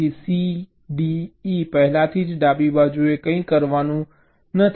તેથી C D E પહેલાથી જ ડાબી બાજુએ કંઈ કરવાનું નથી